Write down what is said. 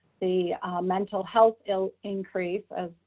the mental health ill increase of,